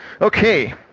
Okay